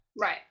Right